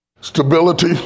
Stability